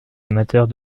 amateurs